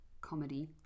comedy